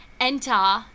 enter